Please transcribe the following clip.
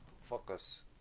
focus